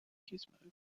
gizmo